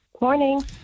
Morning